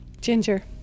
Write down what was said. Ginger